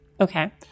Okay